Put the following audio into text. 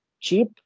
cheap